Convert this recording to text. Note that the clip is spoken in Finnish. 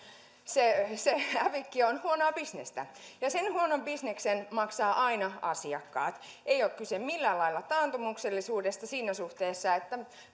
se se hävikki on huonoa bisnestä ja sen huonon bisneksen maksavat aina asiakkaat ei ole kyse millään lailla taantumuksellisuudesta siinä suhteessa että